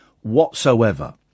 whatsoever